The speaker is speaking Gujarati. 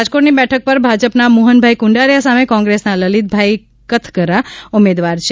રાજકોટની બેઠક પર ભાજપના મોહનભાઇ કુંડારિયા સામે કોંગ્રેસના લલીતભાઇ કથગરા ઉમેદવાર છે